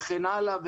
וכן הלאה,